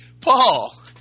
Paul